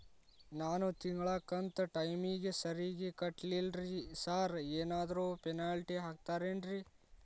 ನಾನು ತಿಂಗ್ಳ ಕಂತ್ ಟೈಮಿಗ್ ಸರಿಗೆ ಕಟ್ಟಿಲ್ರಿ ಸಾರ್ ಏನಾದ್ರು ಪೆನಾಲ್ಟಿ ಹಾಕ್ತಿರೆನ್ರಿ?